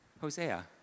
Hosea